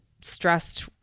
stressed